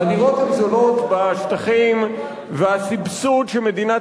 דירות בשטחים הן זולות והסבסוד שמדינת